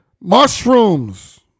mushrooms